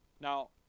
Now